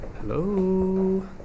Hello